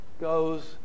Goes